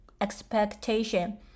expectation